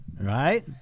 right